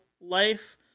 life